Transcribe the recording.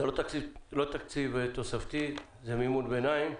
זה לא תזרים תוספתי, זה מימון ביניים.